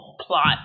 plot